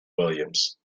williams